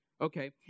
okay